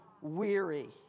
weary